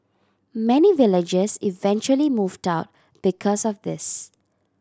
many villagers eventually moved out because of this